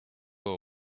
were